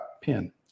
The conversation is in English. pin